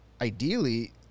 ideally